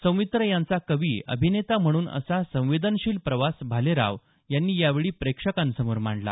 सौमित्र यांचा कवि अभिनेता म्हणून असा संवेदनशील प्रवास भालेराव यांनी यावेळी प्रेक्षकां समोर मांडला